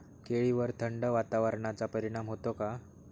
केळीवर थंड वातावरणाचा परिणाम होतो का?